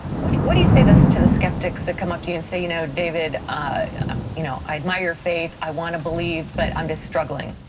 what do what do you say to the skeptics that come up to you and say, you know david, i you know i admire your faith, i want to believe, but i'm just struggling?